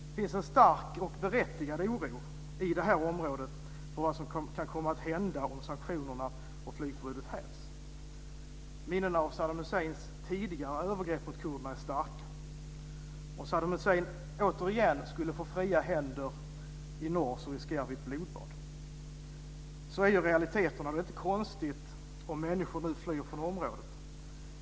Det finns en stark och berättigad oro i det här området för vad som kan komma att hända om sanktionerna och flygförbudet hävs. Minnena av Saddam Husseins tidigare övergrepp mot kurderna är starka. Om Saddam Hussein återigen skulle få fria händer i norr riskerar vi ett blodbad. Så är realiteten. Det är inte konstigt om människor nu flyr från området.